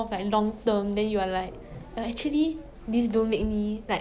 like 如果 I think 钱可以买时间